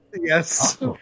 Yes